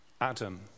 Adam